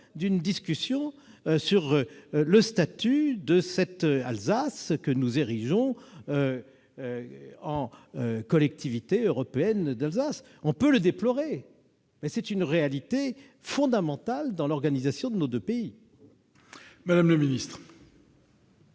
d'une discussion sur le statut de l'Alsace, que nous érigeons en Collectivité européenne d'Alsace. On peut le déplorer, mais c'est une réalité fondamentale dans l'organisation de nos deux pays. La parole est